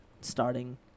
starting